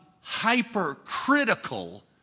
hypercritical